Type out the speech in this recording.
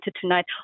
tonight